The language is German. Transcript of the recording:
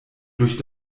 durch